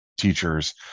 teachers